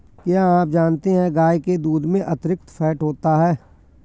क्या आप जानते है गाय के दूध में अतिरिक्त फैट होता है